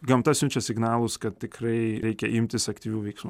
gamta siunčia signalus kad tikrai reikia imtis aktyvių veiksmų